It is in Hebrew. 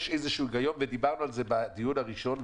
יש איזשהו היגיון ודיברנו על זה בדיון הראשון,